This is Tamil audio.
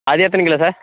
அது எத்தனை கிலோ சார்